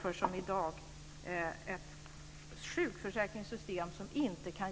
O, så fantastiskt tomt här är!